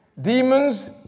demons